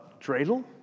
dreidel